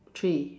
three